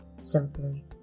simply